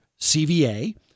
CVA